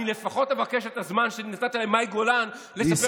אני לפחות אבקש את הזמן שנתת למאי גולן לספר סיפורי מעשיות.